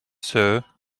sir